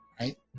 right